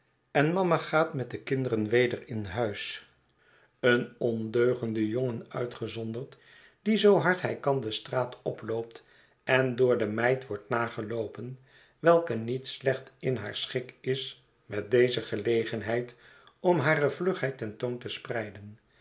en mama gaat met de kinderen weder in huis een ondeugende jongen uitgezonderd die zoo hard hij kan de straat oploopt en door de meid wordt nageloopen welke niet slecht in haar schik is met deze gelegenheid om hare vlugheid ten toon te spreiden